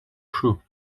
shoe